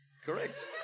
Correct